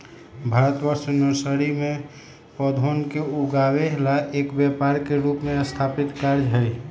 भारतवर्ष में नर्सरी में पौधवन के उगावे ला एक व्यापार के रूप में स्थापित कार्य हई